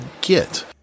get